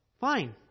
Fine